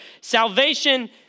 salvation